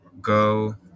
go